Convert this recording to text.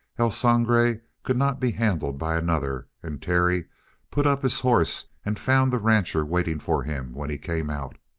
el sangre could not be handled by another, and terry put up his horse and found the rancher waiting for him when he came out.